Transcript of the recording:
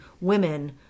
women